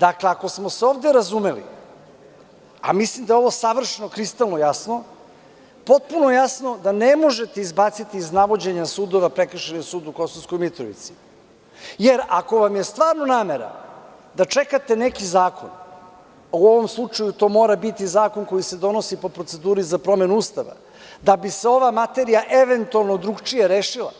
Dakle, ako smo se ovde razumeli, a mislim da je ovo kristalno jasno, potpuno je jasno da nemožete izbaciti iz navođenja sudova Prekršajni sud u Kosovskoj Mitrovici, jer ako vam je stvarno namera da čekate neki zakon, u ovom slučaju to mora biti zakon koji se donosi po proceduri za promenu Ustava, da bi se ova materija eventualno drugačije rešila,